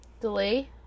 delay